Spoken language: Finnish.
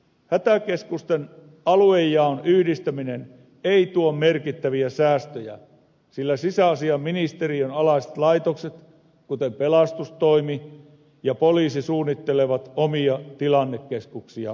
hätäkeskusten aluejaon yhdistäminen ei tuo merkittäviä säästöjä sillä sisäasiainministeriön alaiset laitokset kuten pelastustoimi ja poliisi suunnittelevat omia tilannekeskuksia lisää